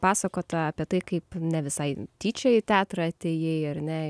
pasakota apie tai kaip ne visai tyčia į teatrą atėjai ar ne